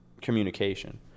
communication